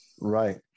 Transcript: right